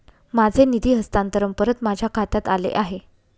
माझे निधी हस्तांतरण परत माझ्या खात्यात आले आहे